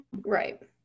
Right